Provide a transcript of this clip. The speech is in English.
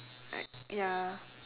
like ya